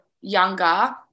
younger